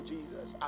Jesus